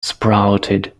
sprouted